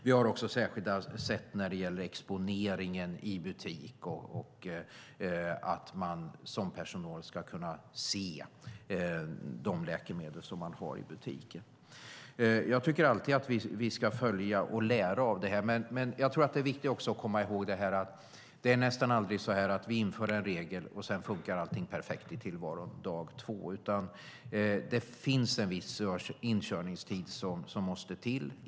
Vi har också särskilda sätt när det gäller exponeringen i butik och att man som personal ska kunna se de läkemedel som man har i butiken. Jag tycker alltid att vi ska följa och lära av det här, men det är viktigt att komma ihåg att det nästan aldrig är så att allting funkar perfekt så fort vi inför en regel, utan det måste till en viss inkörningstid.